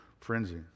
frenzy